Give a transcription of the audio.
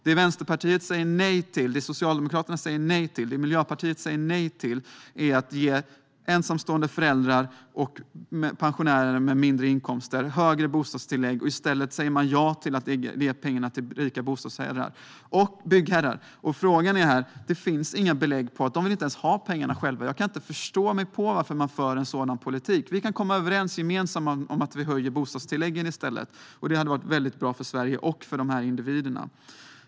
Det som Vänsterpartiet, Socialdemokraterna och Miljöpartiet säger nej till är att ge ensamstående föräldrar och pensionärer med mindre inkomster högre bostadstillägg. I stället säger man ja till att ge pengarna till rika byggherrar. Byggherrarna vill inte ens ha dessa pengar. Jag kan därför inte förstå varför man för en sådan politik. Vi kan i stället gemensamt komma överens om att höja bostadstilläggen. Det skulle vara mycket bra för Sverige och för dessa individer.